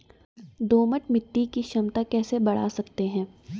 दोमट मिट्टी की क्षमता कैसे बड़ा सकते हैं?